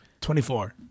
24